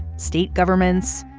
state governments,